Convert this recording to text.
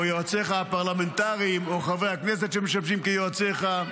יועציך הפרלמנטריים או חברי הכנסת שמשמשים כיועציך,